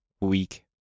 weak